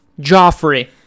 Joffrey